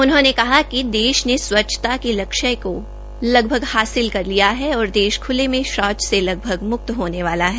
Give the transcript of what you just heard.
उन्होंने कहा कि देश ने स्वच्छता के लक्ष्य को लगभग हासिल कर लिया है और देश ख्ले में शौच से लगभग मुक्त होने वाला है